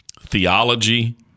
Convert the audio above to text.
theology